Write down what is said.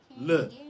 Look